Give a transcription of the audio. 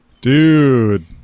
dude